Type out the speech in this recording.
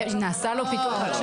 נעשה לו פיתוח.